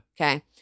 Okay